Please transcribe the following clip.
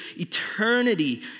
eternity